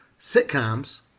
sitcoms